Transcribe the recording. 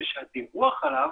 ושהדיווח עליו